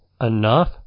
enough